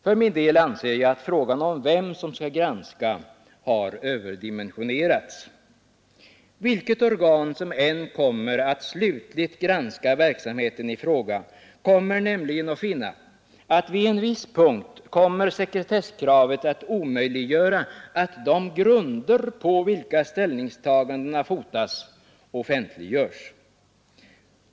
För min del anser jag att frågan om vem som skall granska har överdimensionerats. Vilket organ som än kommer att slutligt granska verksamheten i fråga kommer nämligen att finna att vid en viss punkt kommer sekretesskravet att omöjliggöra att de grunder på vilka ställningstagandena fotas offentliggörs.